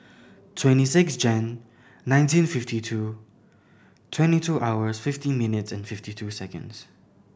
twenty six Jan nineteen fifty two twenty two hours fifty minutes and fifty two seconds